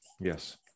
Yes